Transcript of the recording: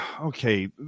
Okay